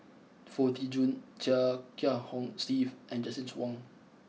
Foo Tee Jun Chia Kiah Hong Steve and Justin Zhuang